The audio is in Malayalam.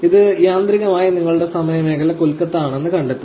ഇത് യാന്ത്രികമായി നിങ്ങളുടെ സമയമേഖല കൊൽക്കത്ത ആണെന്ന് കണ്ടെത്തും